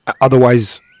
Otherwise